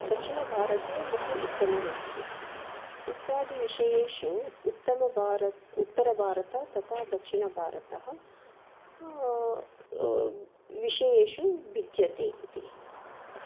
दक्षिणभारते बहु उत्तमम् अस्ति इत्यादिविषयेषु उत्तमभारत उत्तरभारत तता दक्षणभारत विषयेषु विद्यते इति